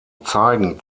zeigen